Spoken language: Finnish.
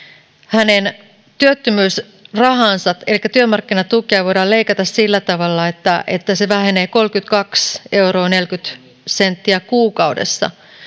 hänen työttömyysrahaansa elikkä työmarkkinatukea voidaan leikata sillä tavalla että että se vähenee kolmekymmentäkaksi euroa neljäkymmentä senttiä kuukaudessa